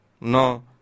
no